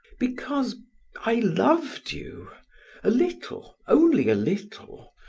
because i loved you a little, only a little,